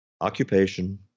occupation